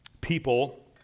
people